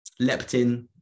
leptin